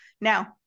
Now